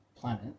planet